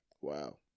Wow